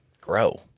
grow